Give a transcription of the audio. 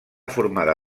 formada